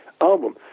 album